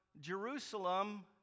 Jerusalem